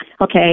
Okay